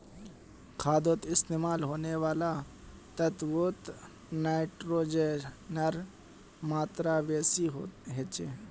खादोत इस्तेमाल होने वाला तत्वोत नाइट्रोजनेर मात्रा बेसी होचे